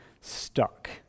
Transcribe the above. stuck